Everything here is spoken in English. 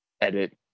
edit